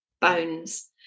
bones